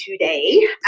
today